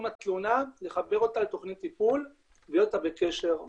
התלונה לחבר אותה לתוכנית טיפול ולהיות איתה בקשר.